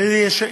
בבקשה, אדוני.